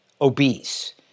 obese